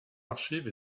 archives